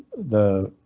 the.